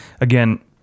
again